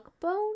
bone